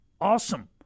awesome